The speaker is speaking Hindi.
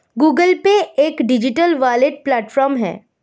गूगल पे एक डिजिटल वॉलेट प्लेटफॉर्म है